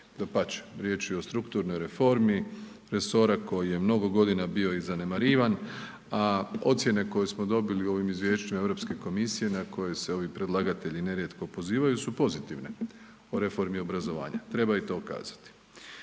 Dapače, riječ je o strukturnoj reformi resora koji je mnogo godina bio i zanemarivan, a ocjene koje smo dobili u ovim izvješćima Europske komisije na koje se ovi predlagatelji nerijetko pozivaju su pozitivne o reformi obrazovanja. Treba i to kazati.